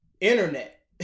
internet